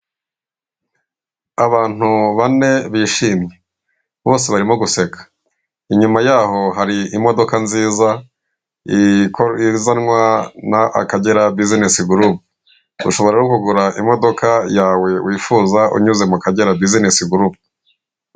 Abantu bane bishimye bose barimo guseka, inyuma yabo hari imodoka nziza izanwa na akagera buzinesi gurupe, ushobora no kugura imodoka yawe wifuza unyuze mu kagera buzinesi gurupe.